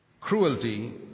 cruelty